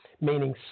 meaning